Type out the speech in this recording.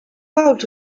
out